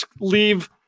leave